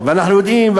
ואנחנו יודעים,